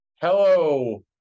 hello